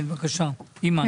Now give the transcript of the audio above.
כן, בבקשה, אימאן.